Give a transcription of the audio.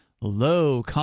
low